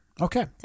Okay